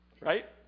right